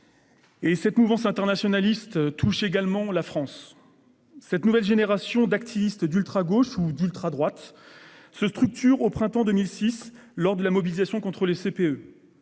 Cette mouvance internationaliste touche également la France. Cette nouvelle génération d'activistes d'ultragauche, ou d'ultradroite, se structure au printemps 2006, lors de la mobilisation contre le